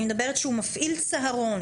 אני מדברת שהוא מפעיל צהרון.